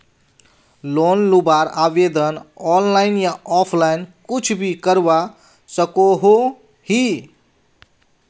Loan लुबार आवेदन online या ऑफलाइन कुछ भी करवा सकोहो ही?